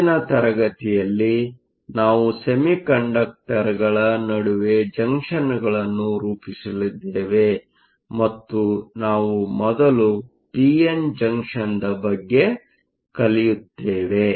ಮುಂದಿನ ತರಗತಿಯಲ್ಲಿ ನಾವು ಸೆಮಿಕಂಡಕ್ಟರ್ಗಳ ನಡುವೆ ಜಂಕ್ಷನ್ಗಳನ್ನು ರೂಪಿಸಲಿದ್ದೇವೆ ಮತ್ತು ನಾವು ಮೊದಲು p n ಜಂಕ್ಷನ್ದ ಬಗ್ಗೆ ಕಲಿಯುತ್ತೇವೆ